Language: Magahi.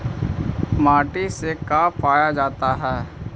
माटी से का पाया जाता है?